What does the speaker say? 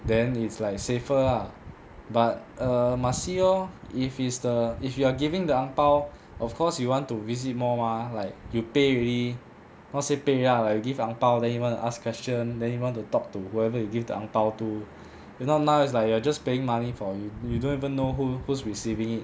then it's like safer lah but err must see lor if it's the if you are giving the ang pao of course you want to visit more mah like you pay already not say pay already lah you like give ang pao then you want to ask question then you want to talk to whoever you give the ang pao to if not now is like you are just paying money for you you don't even know who who's receiving it